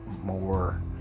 more